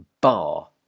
bar